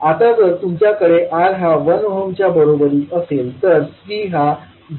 आता जर तुमच्याकडे R हा 1 ओहमच्या बरोबरीत असेल तर C हा 0